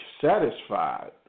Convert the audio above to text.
satisfied